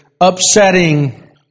upsetting